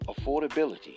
affordability